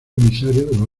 emisario